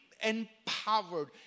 empowered